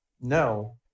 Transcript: No